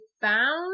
found